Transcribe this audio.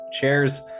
chairs